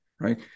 right